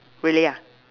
really ah